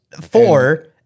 four